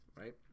right